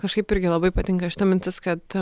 kažkaip irgi labai patinka šita mintis kad